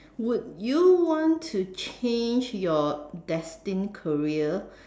would you want to change your destined career